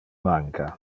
manca